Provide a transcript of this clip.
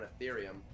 ethereum